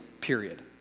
period